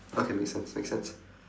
okay make sense make sense